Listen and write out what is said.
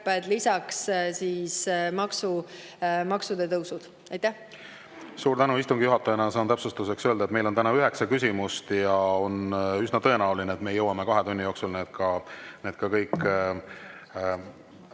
kärped, lisaks maksude tõusud. Suur tänu! Istungi juhatajana saan täpsustuseks öelda, et meil on täna üheksa küsimust ja on üsna tõenäoline, et me jõuame need kahe tunni jooksul ära